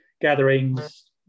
gatherings